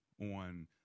on